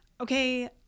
okay